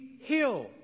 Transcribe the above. healed